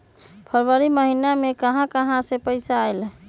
फरवरी महिना मे कहा कहा से पैसा आएल?